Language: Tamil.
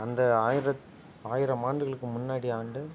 அந்த ஆயிரத் ஆயிரம் ஆண்டுகளுக்கு முன்னாடி ஆண்டு